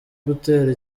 gutera